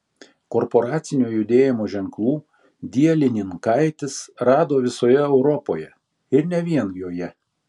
korporacinio judėjimo ženklų dielininkaitis rado visoje europoje ir ne vien joje